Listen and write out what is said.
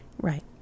right